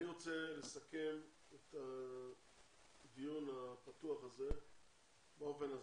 אני רוצה לסכם את הדיון הפתוח הזה באופן הזה: